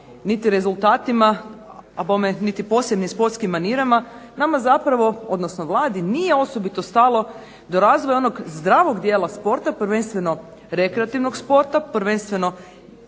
niti rezultatima, a bome niti posebnim sportskim manirama, nama zapravo, odnosno Vladi, nije osobito stalo do razvoja onog zdravog dijela sporta. Prvenstveno rekreativnog sporta, prvenstveno